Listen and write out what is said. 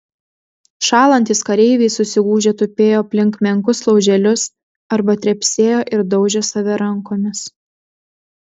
šąlantys kareiviai susigūžę tupėjo aplink menkus lauželius arba trepsėjo ir daužė save rankomis